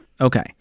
Okay